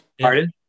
Pardon